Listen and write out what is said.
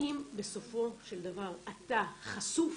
אם בסופו של דבר אתה חשוף